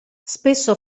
spesso